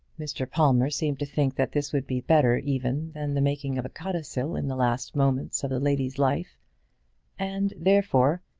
mr. palmer seemed to think that this would be better even than the making of a codicil in the last moments of the lady's life and, therefore,